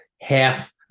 half